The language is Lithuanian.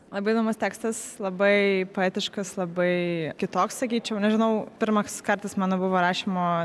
labai įdomus tekstas labai poetiškas labai kitoks sakyčiau nežinau pirmas kartas mano buvo rašymo